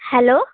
hello